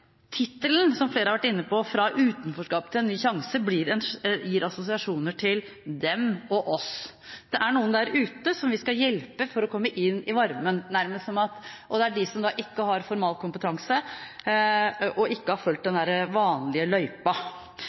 tittelen – som flere har vært inne på – «Fra utenforskap til ny sjanse» gir assosiasjoner til dem og oss: Det er noen der ute som vi skal hjelpe med å komme inn i varmen, nærmest, og det er de som ikke har formalkompetanse, og som ikke har fulgt den vanlige løypa.